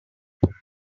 never